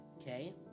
Okay